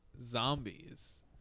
zombies